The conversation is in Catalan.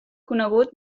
conegut